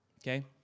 okay